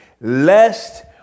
lest